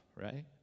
right